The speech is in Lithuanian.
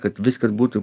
kad viskas būtų